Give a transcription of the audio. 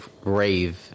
Rave